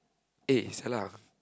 eh !sia! lah